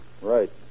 Right